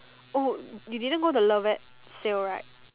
oh you didn't go the Lovet sale right